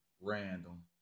random